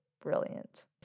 brilliant